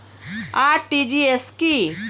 RTGS কি?